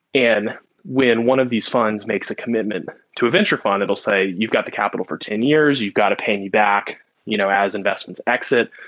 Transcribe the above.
and when one of these funds makes a commitment to a venture fund, it will say you've got the capital for ten years. you've got to pay me back you know as investments exit.